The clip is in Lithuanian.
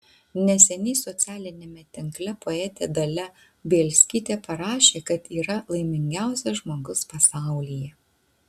neseniai socialiniame tinkle poetė dalia bielskytė parašė kad yra laimingiausias žmogus pasaulyje